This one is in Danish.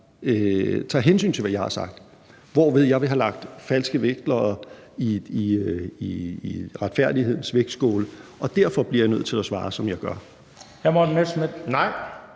tager hensyn til, hvad jeg har sagt, hvorved jeg vil have lagt falske vægtlodder i retfærdighedens vægtskåle. Og derfor bliver jeg nødt til at svare, som jeg gør.